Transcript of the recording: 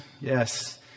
Yes